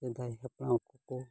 ᱥᱮᱫᱟᱭ ᱦᱟᱯᱲᱟᱢ ᱠᱚᱠᱚ